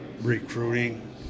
recruiting